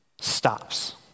stops